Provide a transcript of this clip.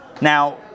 Now